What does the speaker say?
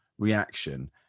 reaction